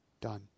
done